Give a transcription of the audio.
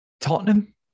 Tottenham